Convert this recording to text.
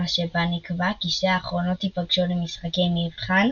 שבה נקבע כי שתי האחרונות יפגשו למשחקי מבחן